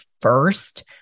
first